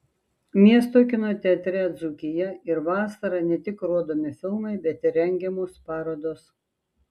miesto kino teatre dzūkija ir vasarą ne tik rodomi filmai bet rengiamos ir parodos